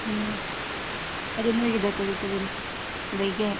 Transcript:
ꯎꯝ ꯑꯗꯨ ꯅꯈꯣꯏꯒꯤꯗ ꯀꯔꯤ ꯀꯔꯤ ꯂꯩꯕꯒꯦ